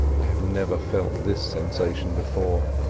i have never felt this sensation before